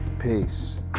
peace